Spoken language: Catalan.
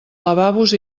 lavabos